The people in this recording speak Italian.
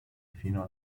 fino